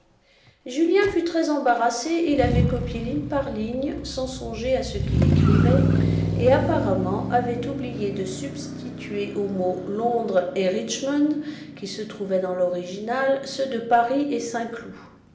julien fut très embarrassé il avait copié ligne par ligne sans songer à ce qu'il écrivait et apparemment avait oublié de substituer aux mots londres et richemond qui se trouvaient dans l'original ceux de paris et saint-cloud